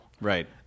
Right